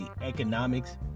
economics